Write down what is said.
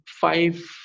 five